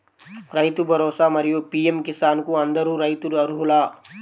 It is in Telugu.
రైతు భరోసా, మరియు పీ.ఎం కిసాన్ కు అందరు రైతులు అర్హులా?